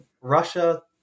Russia